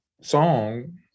song